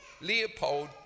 Leopold